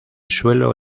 suelo